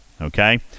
Okay